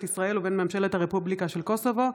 ישראל ובין ממשלת הרפובליקה של קוסובו,